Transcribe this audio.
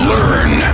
Learn